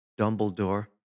Dumbledore